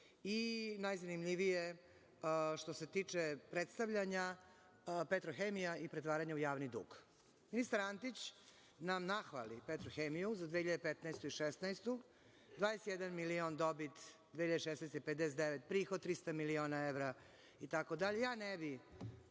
i najzanimljivije što se tiče predstavljanja Petrohemija i pretvaranje u javni dug. Ministar Antić nam nahvali Petrohemiju za 2015. i 2016. godinu, 21 milion dobit 2016, 59 prihod, prihod 300 miliona evra, itd.